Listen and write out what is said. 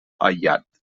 aïllat